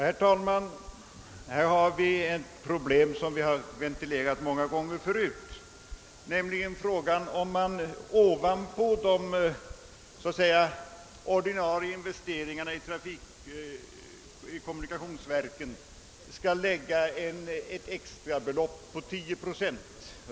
Herr talman! Här möter vi ett problem som har ventilerats många gånger förut, nämligen frågan om man ovanpå de så att säga ordinarie investeringarna i kommunikationsverken skall lägga ett extra belopp på 10 procent.